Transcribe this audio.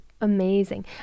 amazing